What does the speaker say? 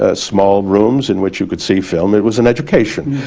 ah small rooms in which you could see film. it was an education.